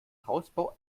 hausbau